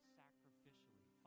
sacrificially